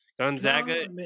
Gonzaga